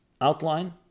outline